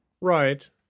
Right